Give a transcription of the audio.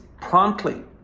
promptly